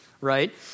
right